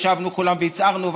ישבנו כולם והצהרנו,